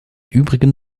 übrigen